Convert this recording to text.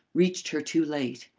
reached her too late.